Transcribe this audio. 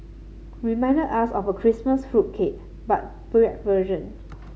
reminded us of a Christmas fruit cake but bread version